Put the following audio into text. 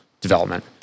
development